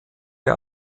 der